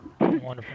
Wonderful